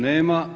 Nema.